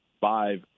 five